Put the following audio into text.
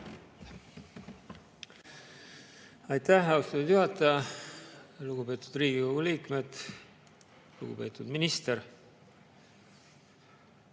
Aitäh, austatud juhataja! Lugupeetud Riigikogu liikmed! Lugupeetud minister!